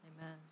Amen